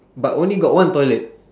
but only got one toilet